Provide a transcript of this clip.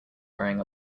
wearing